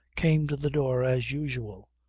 came to the door as usual,